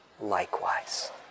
likewise